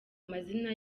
amazina